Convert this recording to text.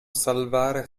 salvare